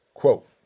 Quote